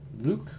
Luke